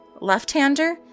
Left-hander